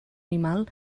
animal